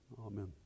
Amen